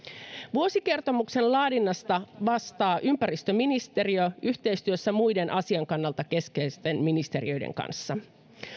vuosikertomuksen laadinnasta vastaa ympäristöministeriö yhteistyössä muiden asian kannalta keskeisten ministeriöiden kanssa